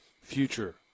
future